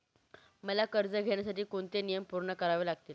मला कर्ज घेण्यासाठी कोणते नियम पूर्ण करावे लागतील?